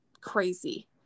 crazy